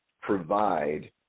provide